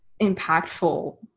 impactful